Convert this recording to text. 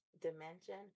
dimension